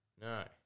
no